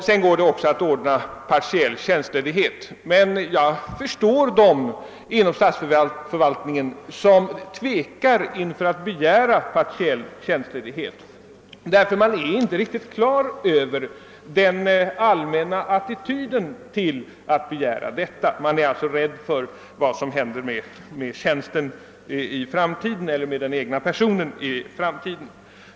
Det går också att ordna partiell tjänstledighet, men jag förstår dem inom statsförvaltningen som tvekar inför att begära sådan därför att de inte är klara över den allmänna attityden till en dylik begäran. De är alltså rädda för vad som i framtiden kan hända med tjänsten eller med den egna personen.